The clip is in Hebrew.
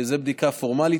זאת בדיקה פורמלית.